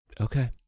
Okay